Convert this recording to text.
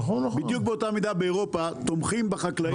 בדיוק באותה מידה באירופה תומכים בחקלאים.